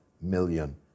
million